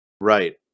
Right